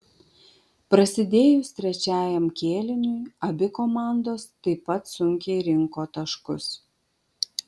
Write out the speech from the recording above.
prasidėjus trečiajam kėliniui abi komandos taip pat sunkiai rinko taškus